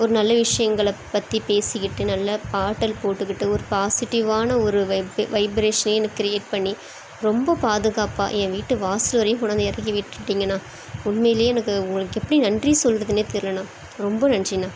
ஒரு நல்ல விஷயங்கள பற்றி பேசிக்கிட்டு நல்ல பாட்டல் போட்டுக்கிட்டு ஒரு பாசிட்டிவ்வான ஒரு வைப்பு வைப்பிரேஷனே எனக்கு கிரியேட் பண்ணி ரொம்ப பாதுகாப்பாக என் வீட்டு வாசல் வரையும் கொண்டாந்து இறக்கிவிட்டுட்டீங்கண்ணா உண்மையில் எனக்கு உங்களுக்கு எப்படி நன்றி சொல்லுறதுனே தெரிலண்ணா ரொம்ப நன்றிண்ணா